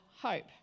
hope